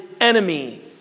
enemy